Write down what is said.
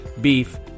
Beef